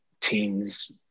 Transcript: teams